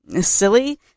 silly